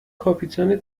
کاپیتان